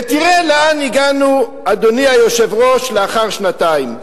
ותראה לאן הגענו, אדוני היושב-ראש, לאחר שנתיים.